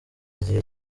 igihe